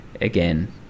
again